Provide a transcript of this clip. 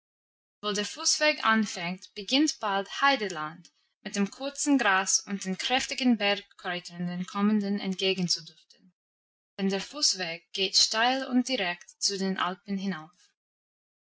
der fußweg anfängt beginnt bald heideland mit dem kurzen gras und den kräftigen bergkräutern dem kommenden entgegenzuduften denn der fußweg geht steil und direkt zu den alpen hinauf